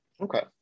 Okay